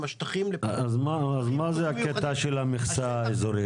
עם השטחים --- אז מה הקטע של המכסה האזורית?